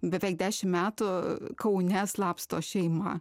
beveik dešimt metų kaune slapsto šeimą